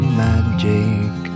magic